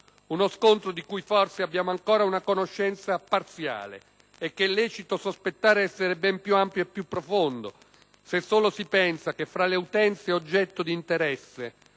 Uno scontro di cui forse abbiamo ancora una conoscenza parziale e che è lecito sospettare essere ben più ampio e più profondo, se solo si pensa che fra le utenze oggetto d'interesse